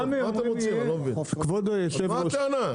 כבוד היושב ראש,